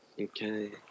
Okay